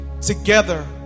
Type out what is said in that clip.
together